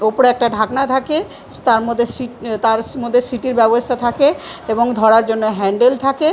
উপরে একটা ঢাকনা থাকে তার মধ্যে তার মধ্যে সিটির ব্যবস্থা থাকে এবং ধরার জন্য হ্যান্ডেল থাকে